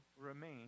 remain